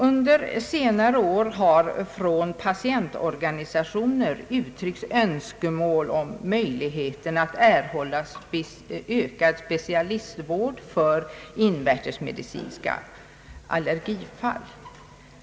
Under senare år har från patientorganisationer uttryckts önskemål om möjligheten att erhålla ökad specialistvård för invärtesmedicinska allergifall.